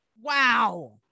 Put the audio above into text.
Wow